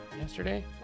Yesterday